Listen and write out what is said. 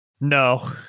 No